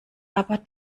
aber